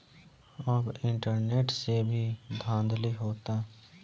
अब इंटरनेट से भी धांधली होता